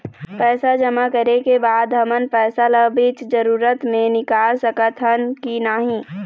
पैसा जमा करे के बाद हमन पैसा ला बीच जरूरत मे निकाल सकत हन की नहीं?